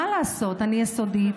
מה לעשות, אני יסודית,